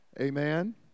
amen